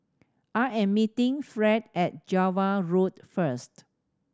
I am meeting Fred at Java Road first